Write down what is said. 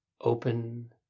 open